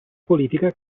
politica